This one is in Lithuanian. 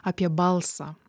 apie balsą